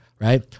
right